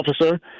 officer